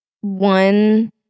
One